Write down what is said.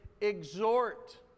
exhort